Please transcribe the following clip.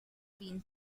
been